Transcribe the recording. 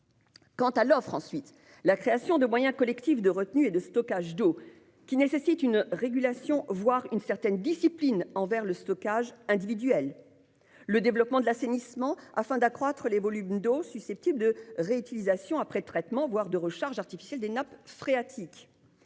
Quant à l'offre, ensuite, la création de moyens collectifs de retenue et de stockage d'eau nécessite d'appliquer une régulation, voire une certaine discipline, au stockage individuel. Dans le même sens, le développement de l'assainissement doit permettre d'accroître les volumes d'eau susceptibles de réutilisation après traitement, voire de recharge artificielle des nappes phréatiques.